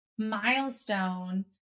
milestone